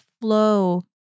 flow